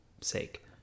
sake